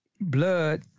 blood